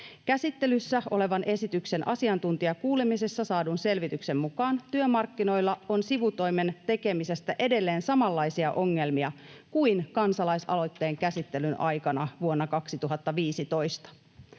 Käsittelyssä olevan esityksen asiantuntijakuulemisessa saadun selvityksen mukaan työmarkkinoilla on sivutoimen tekemisessä edelleen samanlaisia ongelmia kuin kansalais-aloitteen käsittelyn aikana vuonna 2015.